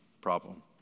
problem